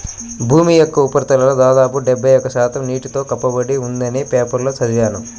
భూమి యొక్క ఉపరితలంలో దాదాపు డెబ్బై ఒక్క శాతం నీటితో కప్పబడి ఉందని పేపర్లో చదివాను